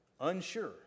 unsure